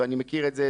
ואני מכיר את זה,